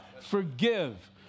Forgive